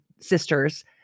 sisters